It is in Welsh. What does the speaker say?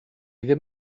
ddim